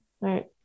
right